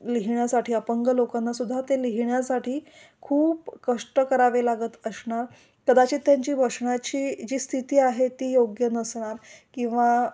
लिहिण्यासाठी अपंग लोकांनासुद्धा ते लिहिण्यासाठी खूप कष्ट करावे लागत असणार कदाचित त्यांची बसण्याची जी स्थिती आहे ती योग्य नसणार किंवा